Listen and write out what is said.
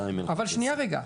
שנייה רגע.